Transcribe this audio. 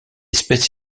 espèce